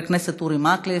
חבר הכנסת אורי מקלב,